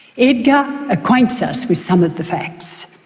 edgar acquaints us with some of the facts.